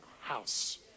house